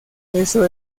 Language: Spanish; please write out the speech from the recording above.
eso